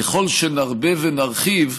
ככל שנרבה ונרחיב,